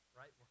right